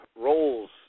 roles